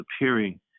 appearing